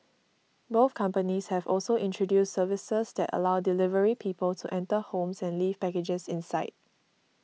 both companies have also introduced services that allow delivery people to enter homes and leave packages inside